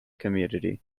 community